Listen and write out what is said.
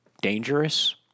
dangerous